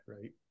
right